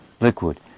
liquid